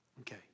Okay